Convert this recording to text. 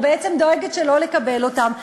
או בעצם דואגת שלא לקבל אותן.